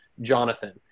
Jonathan